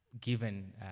given